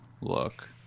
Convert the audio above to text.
look